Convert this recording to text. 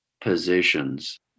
positions